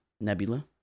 Nebula